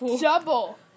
double